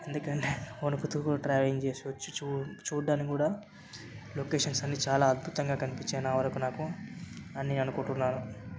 ఎందుకంటే వణుకుతో ట్రావెలింగ్ చేసి వచ్చి చూ చూడ్డానికి కూడా లొకేషన్స్ అన్నీ చాలా అద్భుతంగా కనిపించాయి నా వరకు నాకు అని నేననుకుంటున్నాను